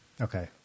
Okay